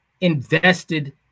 invested